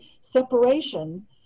Separation